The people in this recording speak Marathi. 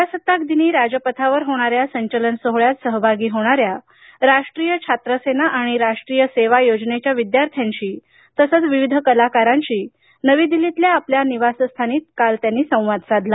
प्रजासत्ताक दिनी राजपथावर होणाऱ्या संचलन सोहळ्यात सहभागी होणाऱ्या राष्ट्रीय छात्र सेना आणि राष्ट्रीय सेवा योजनेच्या विद्यार्थ्यांशी तसंच विविध कलाकारांशी नवी दिल्लीतल्या आपल्या निवासस्थानी काल त्यांनी संवाद साधला